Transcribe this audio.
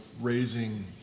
raising